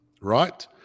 right